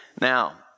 Now